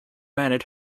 mannered